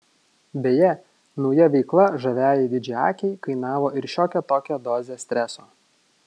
beje nauja veikla žaviajai didžiaakei kainavo ir šiokią tokią dozę streso